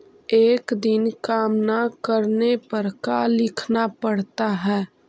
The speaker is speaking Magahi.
एक दिन काम न करने पर का लिखना पड़ता है?